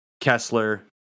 Kessler